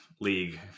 league